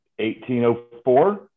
1804